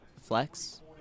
Flex